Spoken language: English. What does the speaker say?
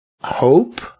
hope